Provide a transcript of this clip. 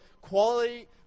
Quality